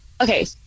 Okay